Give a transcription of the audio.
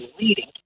leading